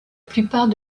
plupart